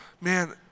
Man